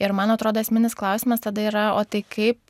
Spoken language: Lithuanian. ir man atrodo esminis klausimas tada yra o tai kaip